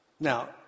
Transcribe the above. Now